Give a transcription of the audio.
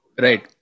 right